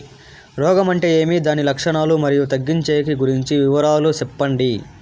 రోగం అంటే ఏమి దాని లక్షణాలు, మరియు తగ్గించేకి గురించి వివరాలు సెప్పండి?